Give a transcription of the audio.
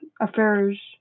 affairs